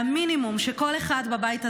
והמינימום שכל אחד בבית הזה,